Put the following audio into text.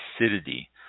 acidity